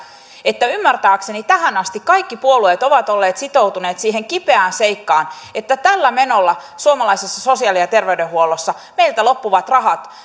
että ymmärtääkseni tähän asti kaikki puolueet ovat olleet sitoutuneet siihen kipeään seikkaan että tällä menolla suomalaisessa sosiaali ja ter veydenhuollossa meiltä loppuvat rahat